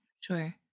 Sure